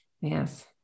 Yes